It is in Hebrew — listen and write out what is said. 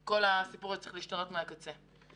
כל הסיפור הזה צריך להשתנות מן הקצה אל הקצה.